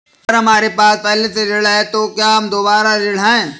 अगर हमारे पास पहले से ऋण है तो क्या हम दोबारा ऋण हैं?